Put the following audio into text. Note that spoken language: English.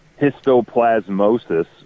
histoplasmosis